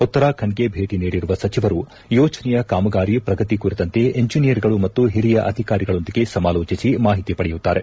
ಉತ್ತರಾಖಂಡ್ಗೆ ಭೇಟಿ ನೀಡಿರುವ ಸಚಿವರು ಯೋಜನೆಯ ಕಾಮಗಾರಿ ಪ್ರಗತಿ ಕುರಿತಂತೆ ಇಂಜಿನಿಯರ್ಗಳು ಮತ್ತು ಹಿರಿಯ ಅಧಿಕಾರಿಗಳೊಂದಿಗೆ ಸಮಾಲೋಚಿಸಿ ಮಾಹಿತಿ ಪಡೆಯುತ್ತಾರೆ